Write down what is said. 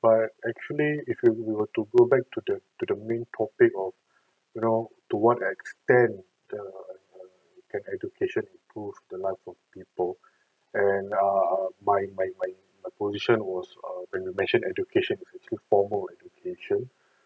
but actually if if you were to go back to the to the main topic or you know to what extent the can education improve the life of people and err my my my position was err when you mentioned education is you put formal education